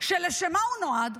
שלשם מה הוא נועד?